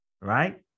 right